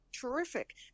terrific